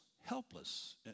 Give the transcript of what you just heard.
helpless